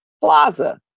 Plaza